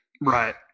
Right